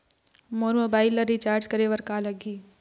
मोर mobile ला recharge करे बर का लगही?